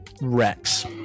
rex